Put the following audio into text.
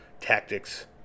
tactics